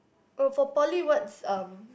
oh for poly what's um